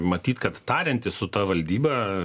matyt kad tariantis su ta valdyba